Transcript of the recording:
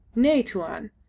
nay, tuan.